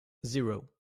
zero